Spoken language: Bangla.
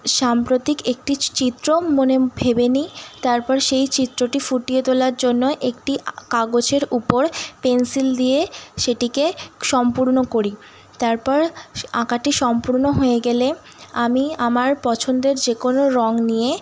সাম্প্রতিক একটি চিত্র মনে ভেবে নিই তারপর সেই চিত্রটি ফুটিয়ে তোলার জন্য একটি কাগজের উপর পেনসিল দিয়ে সেটিকে সম্পূর্ণ করি তারপর সে আঁকাটি সম্পূর্ণ হয়ে গেলে আমি আমার পছন্দের যে কোনো রঙ নিয়ে